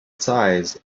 size